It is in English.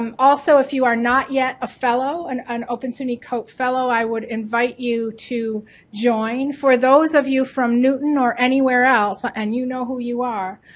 um also if you are not yet a fellow, and an open suny cote fellow, i would invite you to join. for those of you from newton or anywhere else, ah and you know who you are,